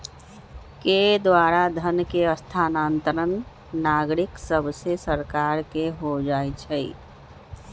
के द्वारा धन के स्थानांतरण नागरिक सभसे सरकार के हो जाइ छइ